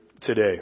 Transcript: today